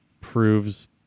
proves